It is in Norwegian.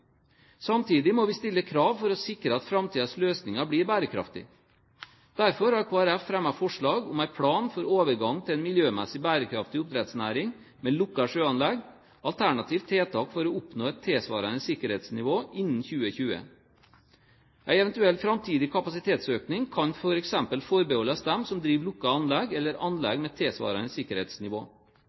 Samtidig må vi stille krav for å sikre at framtidens løsninger blir bærekraftige. Derfor har Kristelig Folkeparti fremmet forslag om en plan for overgang til en miljømessig bærekraftig oppdrettsnæring med lukkede sjøanlegg, alternativt tiltak for å oppnå et tilsvarende sikkerhetsnivå innen 2020. En eventuell framtidig kapasitetsøkning kan f.eks. forbeholdes dem som driver lukkede anlegg, eller anlegg med tilsvarende sikkerhetsnivå.